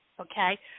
okay